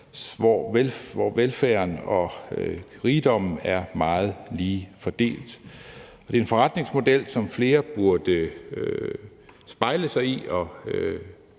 hvor velfærden og rigdommen er meget lige fordelt, og det er jo en forretningsmodel, som flere burde spejle sig i